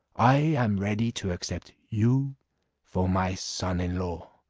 i am ready to accept you for my son-in-law.